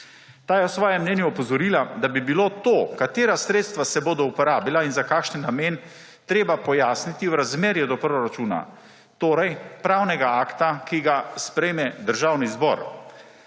Ta je v svojem mnenju opozorila, da bi bilo to, katera sredstva se bodo uporabila in za kakšen namen, treba pojasniti v razmerju do proračuna; torej pravnega akta, ki ga sprejme Državni zbor.